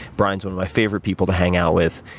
bryan's one of my favorite people to hang out with,